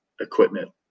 equipment